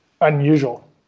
unusual